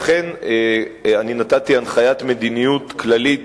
לכן נתתי הנחיית מדיניות כללית,